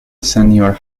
senior